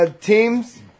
teams